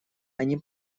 они